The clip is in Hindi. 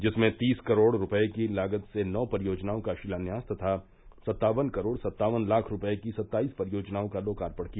जिसमें तीस करोड़ रूपये की लागत से नौ परियोजनाओं का शिलान्यास तथा सत्तावन करोड सत्तावन लाख रूपये की सत्ताईस परियोजनओं का लोकार्पण किया